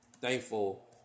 thankful